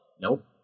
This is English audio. Nope